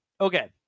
okay